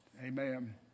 Amen